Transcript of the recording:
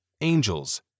Angels